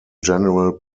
general